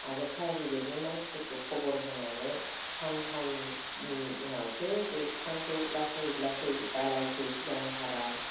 आरो फायार ब्रिगेडनि मानसिफोरखौ खबर होनानै सानथामनि उनावसो बे फिफांखौ लासै लासै दालाइखौ सिगां हाबाय